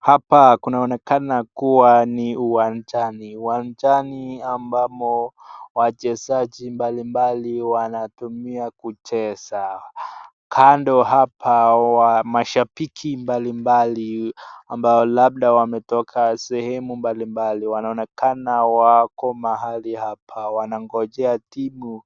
Hapa kunaonekana kuwa ni uwanjani. Uwanjani ambamo wachezaji mbali mbali wanatumia kucheza. Kando hapa mashabiki mbali mbali ambao, labda wametoka sehemu mbali mbali wanaonekana wako mahali hapa wanangojea timu